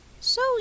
So